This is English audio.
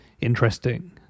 interesting